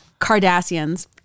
Kardashians